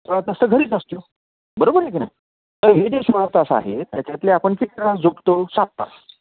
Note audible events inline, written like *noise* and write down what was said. सोळा तास तर घरीच असतो बरोबर आहे की ना तर हे जे सोळा तास आहे त्याच्यातले आपण *unintelligible* झुकतो सात तास